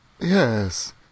Yes